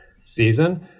season